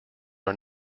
are